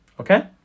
Okay